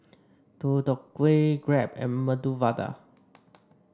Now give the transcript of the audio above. Deodeok Gui Crepe and Medu Vada